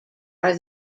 are